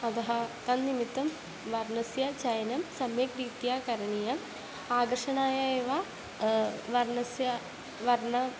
अतः तन्निमित्तं वर्णस्य चयनं सम्यक् रीत्या करणीयम् आकर्षणाय एव वर्णस्य वर्णः